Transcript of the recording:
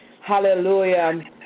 hallelujah